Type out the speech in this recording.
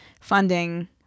funding